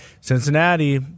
Cincinnati